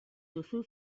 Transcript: duzu